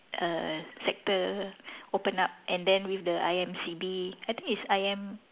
err sector open up and then with the I_M_C_B I think it's I M